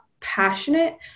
passionate